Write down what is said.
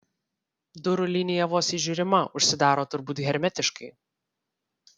durų linija vos įžiūrima užsidaro turbūt hermetiškai